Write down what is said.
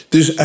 Dus